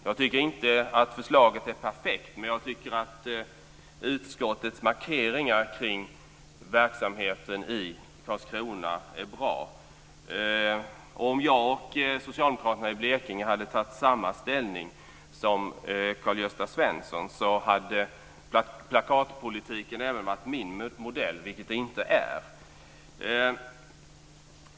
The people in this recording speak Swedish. Jag tycker inte att förslaget är perfekt, men utskottets markeringar kring verksamheten i Karlskorna är bra. Om jag och socialdemokraterna i Blekinge hade tagit samma ställning som Karl-Gösta Svenson har gjort, hade plakatpolitiken varit även min modell, vilket den inte är.